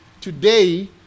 today